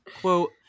quote